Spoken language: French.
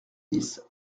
dix